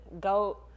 GOAT